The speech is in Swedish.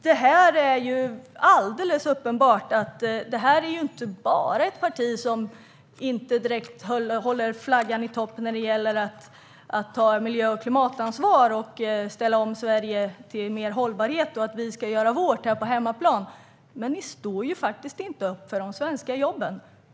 Det är alldeles uppenbart att det här inte bara är ett parti som inte direkt håller flaggan i topp när det gäller att ta miljö och klimatansvar och ställa om Sverige till mer hållbarhet och att vi ska göra vårt här på hemmaplan. Ni står faktiskt inte heller upp för de svenska jobben.